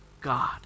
God